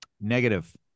Negative